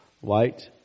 white